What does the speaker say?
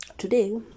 Today